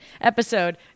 episode